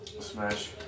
Smash